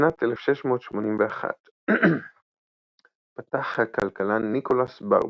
בשנת 1681 פתח הכלכלן ניקולס ברבון,